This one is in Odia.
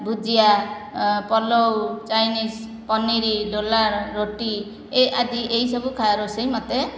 ଭୂଜିଆ ପଲୋଉ ଚାଇନିଜ ପନିର ଦଲାଲ ରୋଟି ଆଦି ଏହିସବୁ ଖା ରୋଷେଇ ମୋତେ